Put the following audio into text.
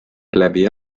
läbi